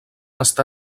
està